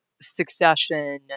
succession